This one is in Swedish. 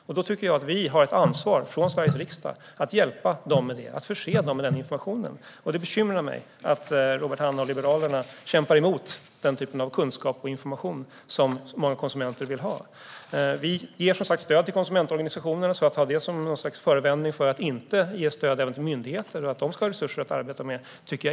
Jag tycker att vi i Sveriges riksdag har ett ansvar att hjälpa dem med detta och förse dem med denna information. Det bekymrar mig att Robert Hannah och Liberalerna kämpar emot sådan kunskap och information som många konsumenter vill ha. Vi ger som sagt stöd till konsumentorganisationerna. Jag tycker inte att det är befogat att ha dem som förevändning för att inte ge stöd också till myndigheter så att dessa får resurser att arbeta med.